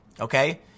okay